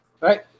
Right